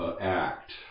act